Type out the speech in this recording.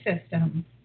system